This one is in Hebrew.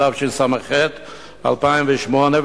התשס"ח 2008,